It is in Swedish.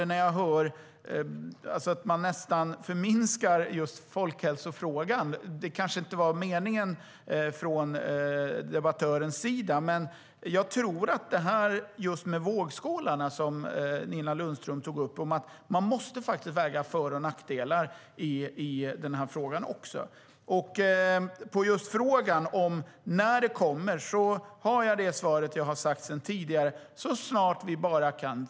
När jag hör att man nästan förminskar just folkhälsofrågan blir jag lite orolig. Det kanske inte var debattörens mening. Men jag tror på just de vågskålar som Nina Lundström tog upp, att man även måste väga för och nackdelar i den här frågan. På just frågan om när förordningen kommer har jag samma svar som jag har lämnat tidigare, nämligen så snart vi bara kan.